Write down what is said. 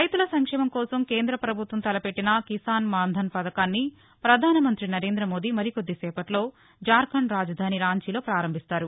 రైతుల సంక్షేమం కోసం కేంద్ర పభుత్వం తలపెట్టిన కిసాన్ మాన్ ధన్ పథకాన్ని పధాన మంత్రి నరేంద మోదీ కొద్దిసేపటిలో జార్షండ్ రాజధాని రాంచిలో ప్రారంభిస్తారు